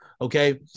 Okay